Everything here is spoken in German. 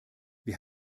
wir